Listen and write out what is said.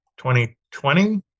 2020